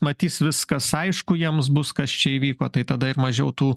matys viskas aišku jiems bus kas čia įvyko tai tada ir mažiau tų